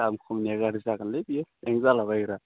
दाम खमनिया गाज्रि जागोन लै बियो हें जालाबायग्रा